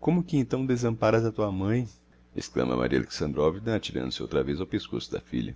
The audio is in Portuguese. com que então desamparas a tua mãe exclama maria alexandrovna atirando-se outra vez ao pescoço da filha